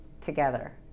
together